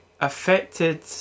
affected